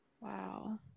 Wow